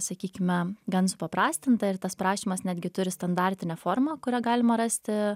sakykime gan supaprastinta ir tas prašymas netgi turi standartinę formą kurią galima rasti